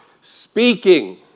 speaking